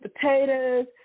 potatoes